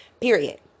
Period